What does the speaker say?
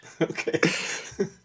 Okay